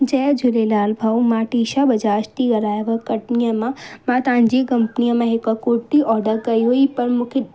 जय झूलेलाल भाऊं मां टिशा बजाज थी ॻाल्हायांव कटनीअ मां मां तव्हांजी कपंनीअ मां हिकु कुर्ती ऑडर कई हुई पर मूंखे